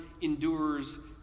endures